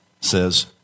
says